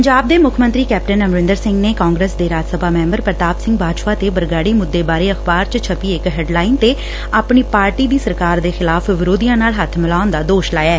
ਪੰਜਾਬ ਦੇ ਮੁੱਖ ਮੰਤਰੀ ਕੈਪਟਨ ਅਮਰਿੰਦਰ ਸਿੰਘ ਨੇ ਕਾਂਗਰਸ ਦੇ ਰਾਜ ਸਭਾ ਮੈਂਬਰ ਪ੍ਤਾਪ ਸਿੰਘ ਬਾਜਵਾ ਤੇ ਬਰਗਾਤੀ ਮੁੱਦੇ ਬਾਰੇ ਅਖ਼ਬਾਰ ਚ ਛੱਪੀ ਇਕ ਹੈੱਡਲਾਈਨ ਤੇ ਆਪਣੀ ਪਾਰਟੀ ਦੀ ਸਰਕਾਰ ਦੇ ਖਿਲਾਫ਼ ਵਿਰੋਧੀਆਂ ਨਾਲ ਹੱਥ ਮਿਲਾਉਣ ਦਾ ਦੋਸ਼ ਲਾਇਐ